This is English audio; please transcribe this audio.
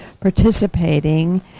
participating